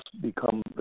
become